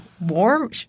warm –